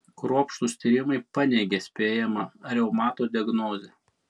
kruopštūs tyrimai paneigė spėjamą reumato diagnozę